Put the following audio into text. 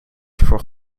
voor